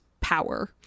power